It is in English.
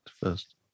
first